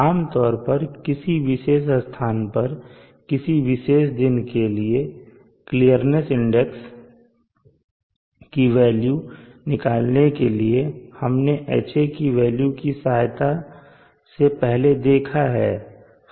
आमतौर पर किसी विशेष स्थान पर किसी विशेष दिन के लिए क्लियरनेस इंडेक्स की वेल्यू निकालने के लिए हमने Ha की वेल्यू के सहायता से पहले देखा है